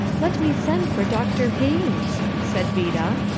let me send for dr. hines, said vida.